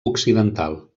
occidental